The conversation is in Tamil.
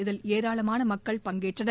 இதில் ஏராளமானமக்கள் பங்கேற்றனர்